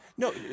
No